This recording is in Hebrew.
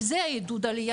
וזה עידוד עלייה.